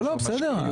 לא, בסדר.